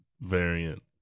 variant